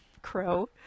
Crow